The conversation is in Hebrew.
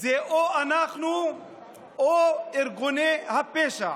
זה או אנחנו או ארגוני הפשע.